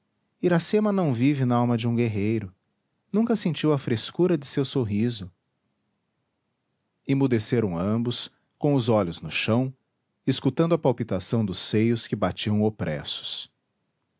iracema não vive nalma de um guerreiro nunca sentiu a frescura de seu sorriso emudeceram ambos com os olhos no chão escutando a palpitação dos seios que batiam opressos